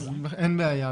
אין בעיה,